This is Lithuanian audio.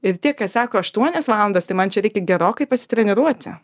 ir tie kas sako aštuonias valandas tai man čia reikia gerokai pasitreniruoti